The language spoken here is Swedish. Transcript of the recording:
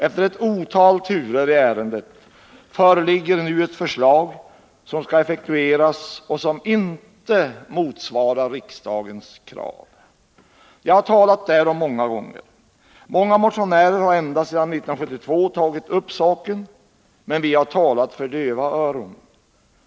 Efter ett otal turer i ärendet föreligger nu ett förslag. som skall effektueras och som inte motsvarar riksdagens krav. Jag har talat därom många gånger. Många motionärer har ända sedan 1972 tagit upp saken, men vi har talat för döva öron.